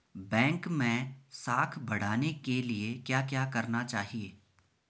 Bank मैं साख बढ़ाने के लिए क्या क्या करना चाहिए?